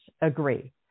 agree